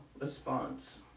response